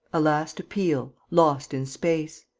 a last appeal, lost in space.